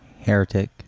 Heretic